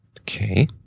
okay